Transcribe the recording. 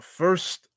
first